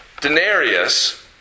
denarius